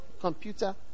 computer